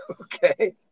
Okay